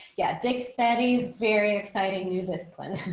yeah. dig saturdays. very exciting new discipline.